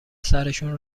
سرشون